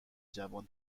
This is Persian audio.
جوان